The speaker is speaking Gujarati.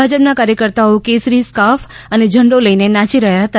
ભાજપના કાર્યકર્તાઓ કેસરી સ્કાર્ફ અને ઝંડો લઇને નાચી રહ્યાં હતા